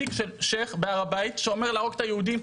תיק של שייח' בהר הבית שאומר להרוג את היהודים,